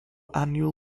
annual